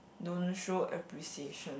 don't show appreciation